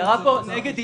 "נגד ישראל"